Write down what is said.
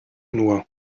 nur